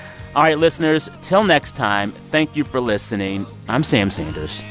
all right, listeners. till next time, thank you for listening. i'm sam sanders.